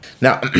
Now